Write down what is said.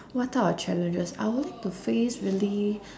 what type of challenges I would like to face really